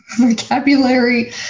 vocabulary